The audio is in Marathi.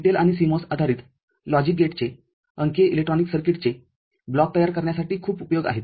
TTL आणि CMOS आधारित लॉजिक गेटचे अंकीय इलेक्ट्रॉनिक सर्किटचेब्लॉकतयार करण्यासाठी खूप उपयोग आहेत